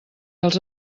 els